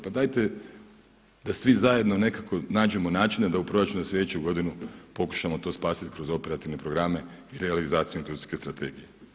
Pa dajte da svi zajedno nekako nađemo načina da u proračunu za slijedeću godinu pokušamo to spasiti kroz operativne programe i realizaciju industrijske strategije.